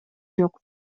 жок